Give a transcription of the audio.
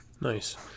Nice